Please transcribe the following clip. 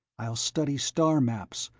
i'll study star-maps,